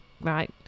right